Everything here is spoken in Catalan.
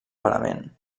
parament